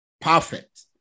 perfect